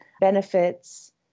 benefits